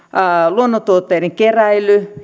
luonnontuotteiden keräilyä